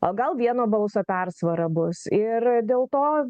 o gal vieno balso persvara bus ir dėl to